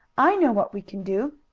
i know what we can do!